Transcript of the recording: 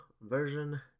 version